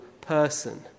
person